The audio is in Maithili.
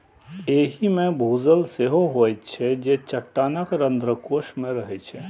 एहि मे भूजल सेहो होइत छै, जे चट्टानक रंध्रकोश मे रहै छै